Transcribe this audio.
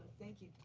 thank you.